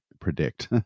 predict